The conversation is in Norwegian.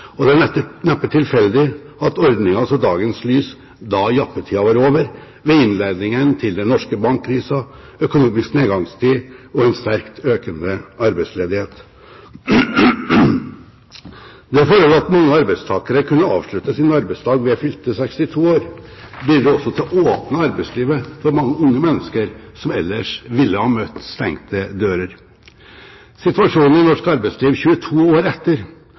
og det er neppe tilfeldig at ordningen så dagens lys da jappetida var over, ved innledningen til den norske bankkrisen, økonomisk nedgangstid og en sterkt økende arbeidsledighet. Det forholdet at mange arbeidstakere kunne avslutte sin arbeidsdag ved fylte 62 år, bidro også til å åpne arbeidslivet for mange unge mennesker som ellers ville ha møtt stengte dører. Situasjonen i norsk arbeidsliv 22 år etter,